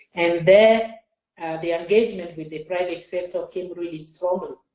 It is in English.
and the the engagement with the private sector came really so um